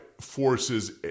forces